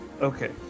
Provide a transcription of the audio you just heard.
Okay